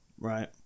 right